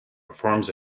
performs